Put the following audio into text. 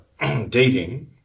dating